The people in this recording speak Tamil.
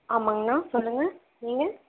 ஆமாங்க அண்ணா சொல்லுங்கள் நீங்கள்